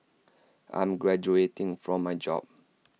I'm graduating from my job